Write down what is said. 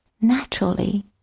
naturally